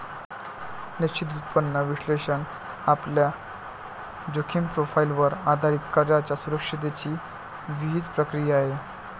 निश्चित उत्पन्न विश्लेषण आपल्या जोखीम प्रोफाइलवर आधारित कर्जाच्या सुरक्षिततेची विहित प्रक्रिया आहे